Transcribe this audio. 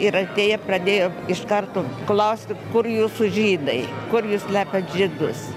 ir atėję pradėjo iš karto klausti kur jūsų žydai kur jūs slepiat žydus